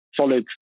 solid